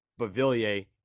Bavillier